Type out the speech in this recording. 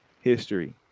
History